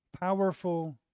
powerful